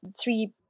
three